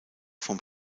vom